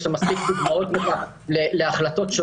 יש הרבה דוגמאות להחלטות בנושא